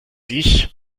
ich